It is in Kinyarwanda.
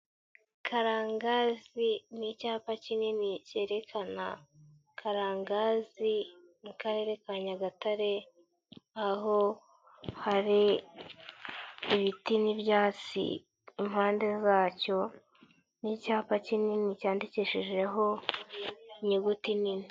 Karangazi ni icyapa kinini cyerekana Karangazi mu Karere ka Nyagatare, aho hari ibiti n'ibyatsi, impande zacyo n'icyapa kinini cyandikishijeho inyuguti nini.